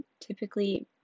typically